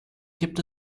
gibt